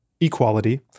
equality